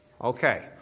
Okay